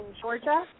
Georgia